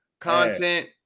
content